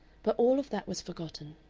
but all of that was forgotten.